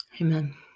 amen